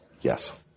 Yes